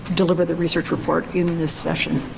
deliver the research report in this session.